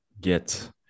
get